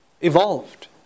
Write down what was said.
evolved